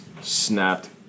snapped